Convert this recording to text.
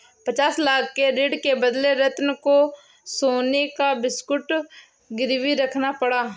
पचास लाख के ऋण के बदले रतन को सोने का बिस्कुट गिरवी रखना पड़ा